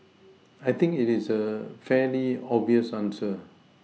I think it is a fairly obvious answer